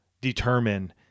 determine